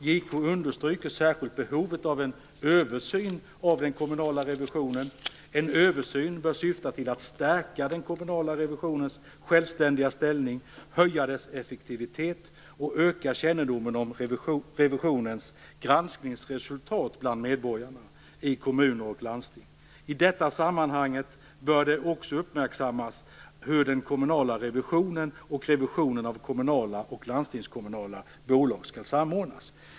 JK understryker särskilt behovet av en översyn av den kommunala revisionen. En översyn bör syfta till att stärka den kommunala revisionens självständiga ställning, höja dess effektivitet och öka kännedomen om revisionens granskningsresultat bland medborgarna i kommuner och landsting. I detta sammanhang bör det också uppmärksammas hur den kommunala revisionen och revisionen av kommunala och landstingskommunala bolag skall samordnas.